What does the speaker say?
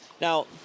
Now